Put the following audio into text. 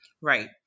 Right